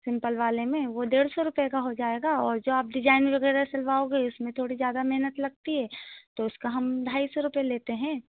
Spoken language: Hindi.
सिंपल वाले में वो डेढ़ सौ रुपए का हो जाएगा और जो आप डिजाइन वगैरह सिलवाओगे उसमें थोड़ी ज्यादा मेहनत लगती है तो उसका हम ढाई सौ रुपए लेते हैं